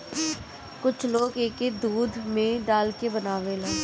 कुछ लोग एके दूध में डाल के बनावेला